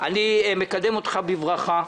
אני מקדם אותך בברכה.